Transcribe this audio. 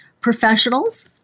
Professionals